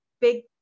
big